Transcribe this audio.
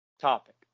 topic